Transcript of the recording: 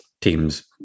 teams